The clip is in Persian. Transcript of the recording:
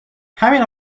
همین